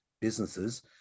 businesses